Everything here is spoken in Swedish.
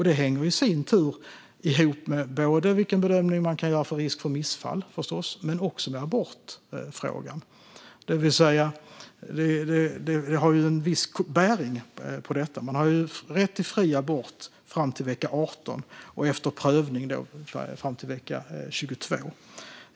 Det hänger i sin tur ihop med både vilken bedömning man kan göra när det gäller risken för missfall och när det gäller abortfrågan. Det har en viss bäring på detta. Man har rätt till fri abort fram till vecka 18 och efter prövning fram till vecka 22.